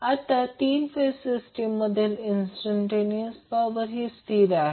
आता 3 phase system मधील instantaneous power ही स्थिर आहे